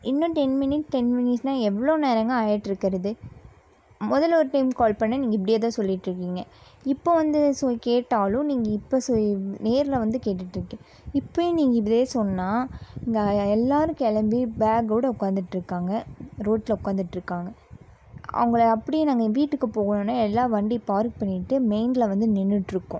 இன்னும் ten minute ten மினிட்ஸ்னால் எவ்வளோ நேரங்க ஆயிட்டு இருக்கிறது முதலில் ஒரு டைம் கால் பண்ணிணேன் நீங்கள் இப்படியேதான் சொல்லிட்டிருக்கீங்க இப்போது வந்து சோ கேட்டாலும் நீங்கள் இப்போ நேரில் வந்து கேட்டுட்டிருக்கேன் இப்போயும் நீங்கள் இதே சொன்னால் இங்கே எல்லோரும் கிளம்பி பேக்கோடு உட்காந்துட்ருக்காங்க ரோட்டில் உட்காந்துட்ருக்காங்க அவங்கள அப்பிடியே நாங்கள் வீட்டுக்கு போகணும்னு எல்லா வண்டி பார்க் பண்ணிட்டு மெயினில் வந்து நின்னுட்டிருக்கோம்